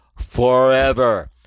forever